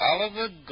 Oliver